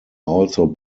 also